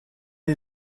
you